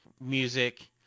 music